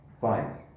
Fine